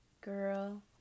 girl